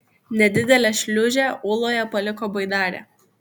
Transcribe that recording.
nedidelę šliūžę ūloje paliko baidarė